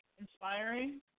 inspiring